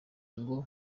ngo